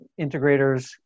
integrators